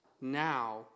now